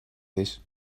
this